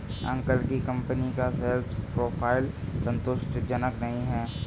uncle की company का sales profile संतुष्टिजनक नही है